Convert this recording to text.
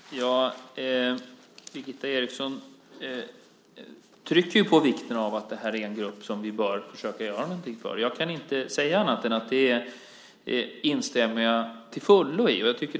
Fru talman! Birgitta Eriksson trycker på vikten av att det här är en grupp som vi bör göra något för. Jag instämmer till fullo i det.